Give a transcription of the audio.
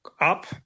up